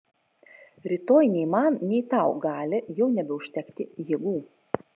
rytoj nei man nei tau gali jau nebeužtekti jėgų